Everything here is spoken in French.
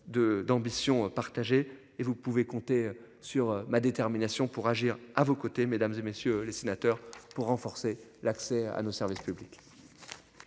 d'ambition partagée et vous pouvez compter sur ma détermination pour agir à vos côtés mesdames et messieurs les sénateurs, pour renforcer l'accès à nos services publics.